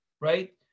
right